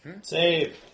Save